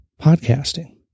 podcasting